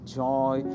joy